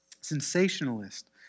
sensationalist